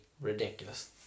ridiculous